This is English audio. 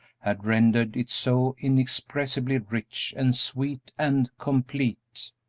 had rendered it so inexpressibly rich and sweet and complete.